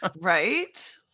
right